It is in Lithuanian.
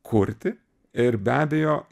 kurti ir be abejo